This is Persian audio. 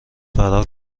فرار